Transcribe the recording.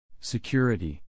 Security